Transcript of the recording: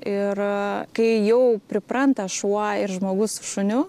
ir kai jau pripranta šuo ir žmogus su šuniu